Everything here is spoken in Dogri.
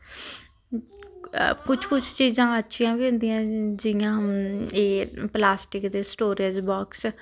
कुछ कुछ चीजां अच्छियां बी होंदिया जि'यां एह् प्लास्टिक दे स्टोरेज बाॅक्स